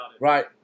Right